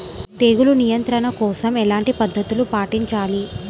తెగులు నియంత్రణ కోసం ఎలాంటి పద్ధతులు పాటించాలి?